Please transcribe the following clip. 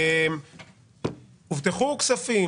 הובטחו כספים?